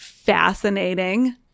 fascinating